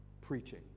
preaching